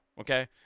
Okay